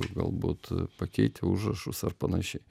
galbūt pakeitę užrašus ar panašiai